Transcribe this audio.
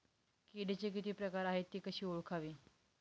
किडीचे किती प्रकार आहेत? ति कशी ओळखावी?